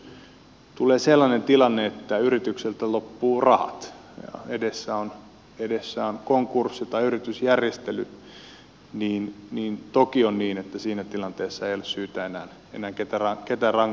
sitten jos tulee sellainen tilanne että yritykseltä loppuu rahat edessä on konkurssi tai yritysjärjestely niin toki on niin että siinä tilanteessa ei ole syytä enää ketään rangaista